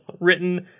written